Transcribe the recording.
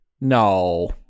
No